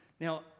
Now